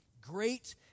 great